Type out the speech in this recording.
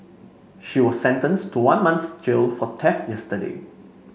she was sentenced to one month's jail for theft yesterday